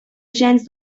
gens